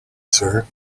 sir